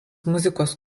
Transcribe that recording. muzikos